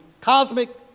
cosmic